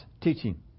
teaching